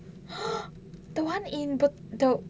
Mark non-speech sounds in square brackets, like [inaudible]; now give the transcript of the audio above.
[noise] the [one] in be~ the